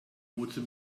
wozu